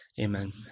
Amen